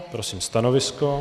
Prosím stanovisko?